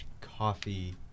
coffee